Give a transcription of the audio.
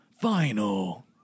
Final